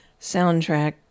soundtrack